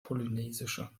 polynesische